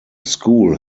school